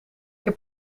heb